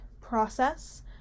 process